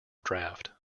draft